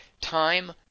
Time